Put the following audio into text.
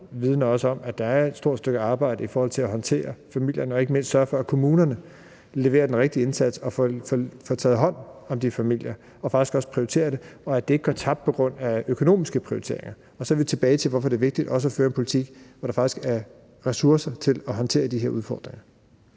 vidner om, at der er et stort stykke arbejde i forhold til at håndtere familierne og ikke mindst sørge for, at kommunerne leverer den rigtige indsats og får taget hånd om de familier, og at kommunerne faktisk også prioriterer det, og at det ikke går tabt på grund af økonomiske prioriteringer. Så er vi tilbage ved, hvorfor det er vigtigt også at føre en politik, hvor der faktisk er ressourcer til at håndtere de her udfordringer.